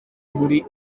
muri